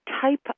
type